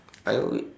I will wait